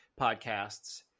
Podcasts